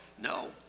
No